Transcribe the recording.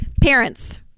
Parents